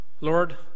Lord